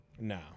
No